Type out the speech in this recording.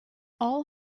all